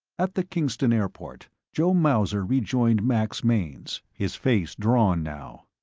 at the kingston airport, joe mauser rejoined max mainz, his face drawn now.